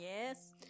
yes